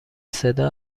صدا